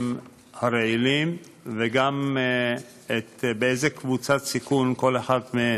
הרעילים וגם באיזה קבוצת סיכון כל אחד מהם.